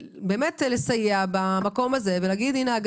יכולים לסייע במקום הזה ולומר שהנה,